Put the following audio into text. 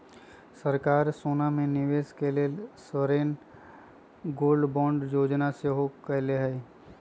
सरकार सोना में निवेश के लेल सॉवरेन गोल्ड बांड जोजना सेहो शुरु कयले हइ